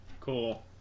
Cool